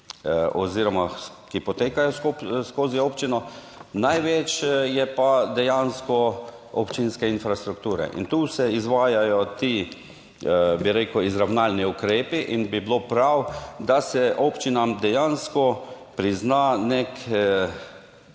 oziroma ki potekajo skozi občino, največ je pa dejansko občinske infrastrukture. In tu se izvajajo ti, bi rekel, izravnalni ukrepi in bi bilo prav, da se občinam dejansko prizna nek